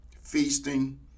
feasting